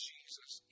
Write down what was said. Jesus